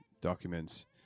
documents